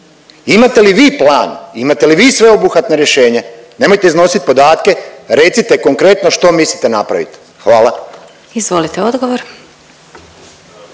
Imate li vi plan, imate li vi sveobuhvatno rješenje? Nemojte iznosit podatke, recite konkretno što mislite napravit, hvala. **Glasovac,